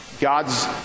God's